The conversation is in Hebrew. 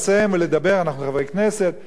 מה יעשה אזרח שאין לו כלי ביטוי?